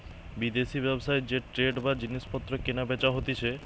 বিদেশি ব্যবসায় যে ট্রেড বা জিনিস পত্র কেনা বেচা হতিছে